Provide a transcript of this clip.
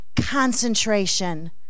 concentration